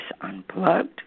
Unplugged